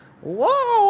Whoa